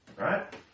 Right